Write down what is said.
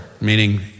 meaning